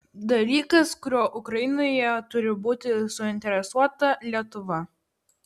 dalykas kuriuo ukrainoje turi būti suinteresuota lietuva